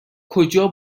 کجا